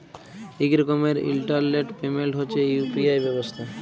ইক রকমের internet payment হছে ইউ.পি.আই ব্যবস্থা